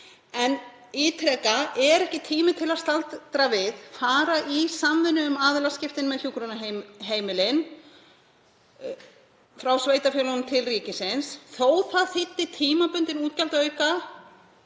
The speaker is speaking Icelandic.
ég ítreka: Er ekki tími til að staldra við, fara í samvinnu um aðilaskiptin með hjúkrunarheimilin frá sveitarfélögunum til ríkisins? Þótt það þýddi tímabundinn útgjaldaauka